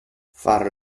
far